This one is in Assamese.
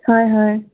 হয় হয়